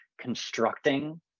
constructing